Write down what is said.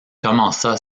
commença